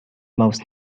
most